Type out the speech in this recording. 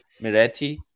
Miretti